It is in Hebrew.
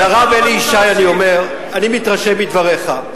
לרב אלי ישי אני אומר: אני מתרשם מדבריך,